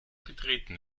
getreten